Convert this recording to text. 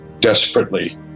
desperately